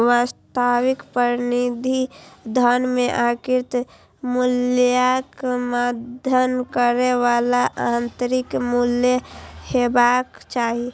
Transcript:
वास्तविक प्रतिनिधि धन मे अंकित मूल्यक समर्थन करै बला आंतरिक मूल्य हेबाक चाही